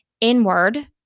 inward